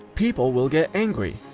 people will get angry.